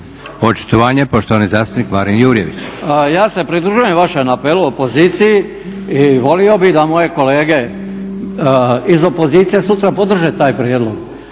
Očitovanje, poštovani zastupnik Marin Jurjević. **Jurjević, Marin (SDP)** Ja se pridružujem vašem apelu opoziciji i volio bih da moje kolege iz opozicije sutra podrže taj prijedlog.